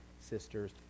sisters